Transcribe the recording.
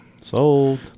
Sold